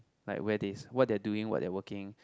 like where they what they're doing what they're working